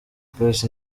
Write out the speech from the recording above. twese